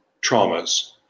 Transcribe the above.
traumas